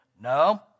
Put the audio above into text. No